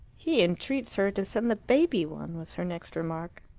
he entreats her to send the baby one, was her next remark.